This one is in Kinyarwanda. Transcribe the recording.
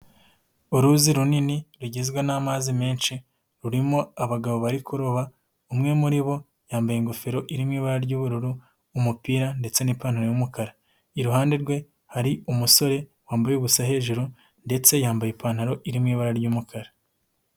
Uruzi runini rugizwe n'amazi menshi, rurimo abagabo bari kuroba, umwe muri bo yambaye ingofero irimo ibara ry'ubururu, umupira ndetse n'ipantaro y'umukara, iruhande rwe hari umusore wambaye ubusa hejuru ndetse yambaye ipantaro iri mu ibara ry'umukara.